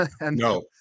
No